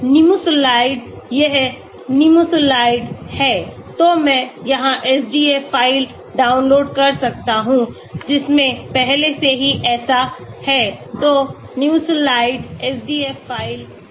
Nimesulide यह Nimesulide है तो मैं यहाँ SDF फ़ाइल डाउनलोड कर सकता हूँ जिसमें पहले से ही ऐसा है तो Nimesulide SDF फ़ाइल है